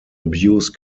abuse